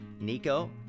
nico